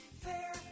fair